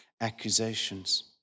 accusations